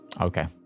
Okay